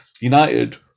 United